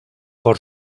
por